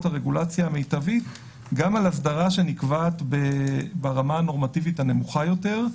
הרגולציה המיטבית גם על אסדרה שנקבעת ברמה הנורמטיבית הנמוכה יותר.